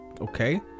okay